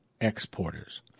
exporters